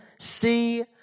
see